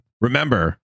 Remember